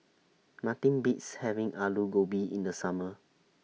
Nothing Beats having Alu Gobi in The Summer